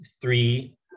three